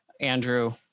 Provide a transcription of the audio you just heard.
Andrew